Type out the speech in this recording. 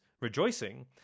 rejoicing